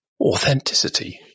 authenticity